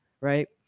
right